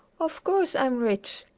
of course i'm rich.